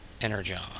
Energon